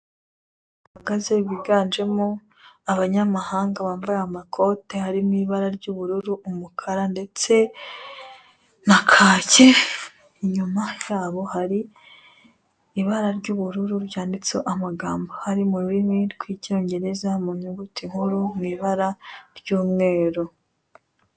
Aahagaze biganjemo abanyamahanga bambaye amakote harimo ibara ry'ubururu, umukara ndetse na kake, inyuma yabo hari ibara ry'ubururu ryanditseho amagambo ari mu rurimi rw'Icyongereza mu nyuguti nkuru mu ibara ry'umweru.